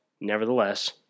nevertheless